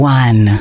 one